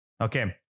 Okay